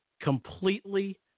completely